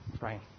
Right